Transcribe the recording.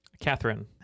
Catherine